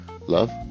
Love